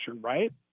right